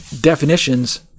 definitions